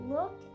Look